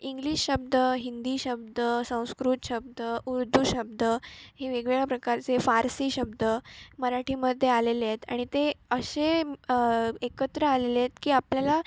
English शब्द हिंदी शब्द संस्कृत शब्द उर्दू शब्द हे वेगळ्या प्रकारचे फारसी शब्द मराठीमध्ये आलेले आहेत आणि ते असे एकत्र आलेले आहेत की आपल्याला